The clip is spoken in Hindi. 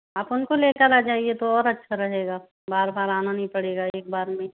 आप उनको लेकर आ जाइए तो और अच्छा रहेगा बार बार आना नही पड़ेगा एक बार में ही